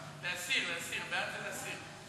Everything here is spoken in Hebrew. להסיר, להסיר, בעד זה להסיר.